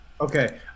Okay